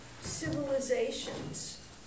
civilizations